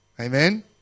Amen